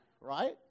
Right